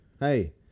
Hey